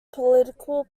political